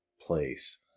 place